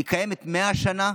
היא קיימת 100 שנה,